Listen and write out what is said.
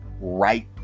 right